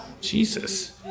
Jesus